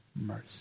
mercy